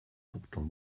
pourtant